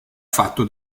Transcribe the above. fatto